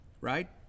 right